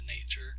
nature